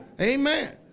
Amen